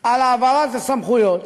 על העברת הסמכויות